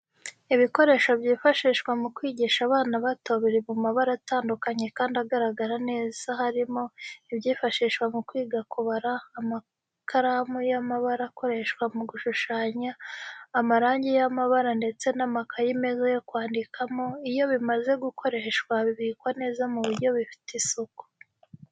Ibikoresho byifashishwa mu kwigisha abana bato biri mu mabara atandukanye kandi agaragara neza harimo ibyifashishwa mu kwiga kubara, amakaramu y'amabara akoreshwa mu gushushanya, amarangi y'amabara ndetse n'amakaye meza yo kwandikamo, iyo bimaze gukoreshwa bibikwa neza mu buryo bufite isuku.